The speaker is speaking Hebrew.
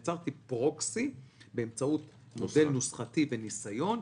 יצרתי פרוקסי באמצעות מודל נוסחתי וניסיון,